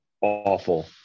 awful